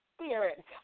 spirit